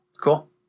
Cool